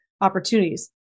opportunities